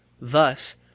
thus